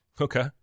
Okay